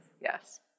Yes